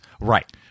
Right